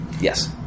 Yes